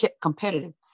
competitive